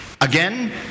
again